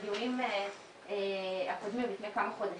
בדיונים הקודמים לפני כמה חודשים,